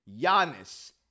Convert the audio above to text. Giannis